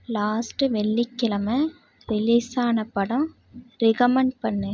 last வெள்ளிக்கிழமை ரிலீஸான படம் ரிகமண்ட் பண்ணு